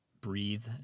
breathe